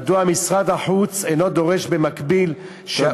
מדוע משרד החוץ אינו דורש במקביל, תודה.